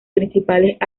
principales